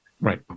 Right